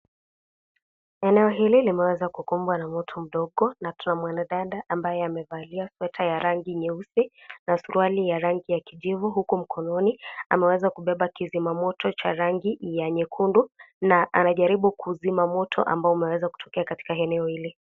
Eneo hili limeweza kukumbwa na moto mdogo na tuna mwanadada ambaye amevalia sekta ya rangi nyeusi na suruali ya rangi ya kijivu, huku mkononi ameweza kubeba kizima moto cha rangi ya nyekundu na anajaribu kuzima moto ambao umeweza kutokea katika eneo hili.